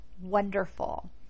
wonderful